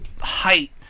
height